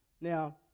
Now